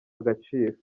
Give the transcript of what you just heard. agaciro